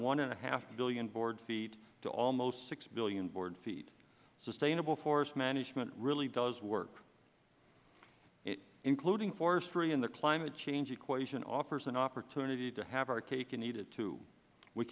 five billion board feet to almost six billion board feet sustainable forest management really does work including forestry in the climate change equation offers an opportunity to have our cake and eat it too we